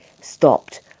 stopped